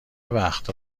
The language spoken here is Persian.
وقت